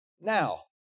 Now